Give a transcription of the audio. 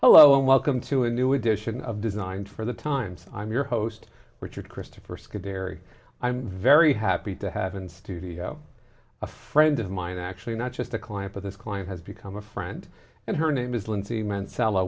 hello and welcome to a new edition of designed for the times i'm your host richard christopher scary i'm very happy to have in studio a friend of mine actually not just a client but this client has become a friend and her name is lindsay meant sall